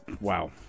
Wow